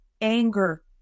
anger